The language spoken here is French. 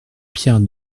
pierre